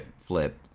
flip